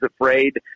afraid